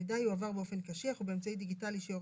המידע יועבר באופן קשיח ובאמצעי דיגיטלי שיורה